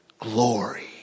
glory